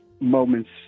moments